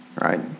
right